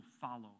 follow